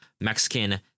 Mexican